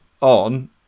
on